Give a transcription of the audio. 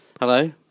Hello